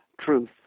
truth